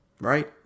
right